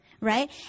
right